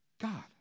God